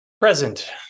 Present